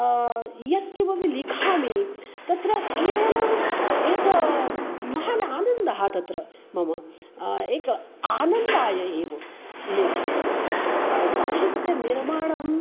यत्किमपि लिखामि तत्र केवलम् एका महन् आनन्दः तत्र मम एक आनन्दाय एव लेखनं साहित्यनिर्माणम्